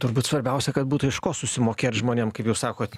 turbūt svarbiausia kad būtų iš ko susimokėt žmonėm kaip jūs sakot